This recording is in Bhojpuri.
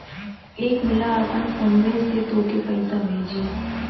एक मिला आपन फोन्वे से तोके पइसा भेजी